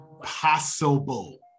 possible